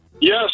Yes